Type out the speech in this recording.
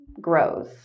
grows